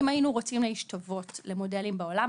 אם היינו רוצים להשתוות למודלים בעולם,